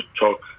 talk